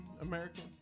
American